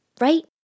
right